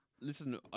Listen